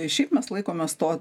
šiaip mes laikomės to